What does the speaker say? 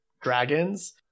dragons